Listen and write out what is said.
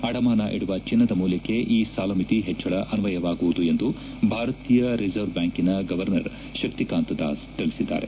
ಅಡಮಾನ ಇಡುವ ಚಿನ್ನದ ಮೌಲ್ವಕ್ಷೆ ಈ ಸಾಲಮಿತಿ ಹೆಚ್ಚಳ ಅನ್ವಯವಾಗುವುದು ಎಂದು ಭಾರತೀಯ ರಿಸರ್ವ್ ಬ್ಲಾಂಕಿನ ಗವರ್ನರ್ ಶಕ್ತಿಕಾಂತ ದಾಸ್ ತಿಳಿಸಿದ್ದಾರೆ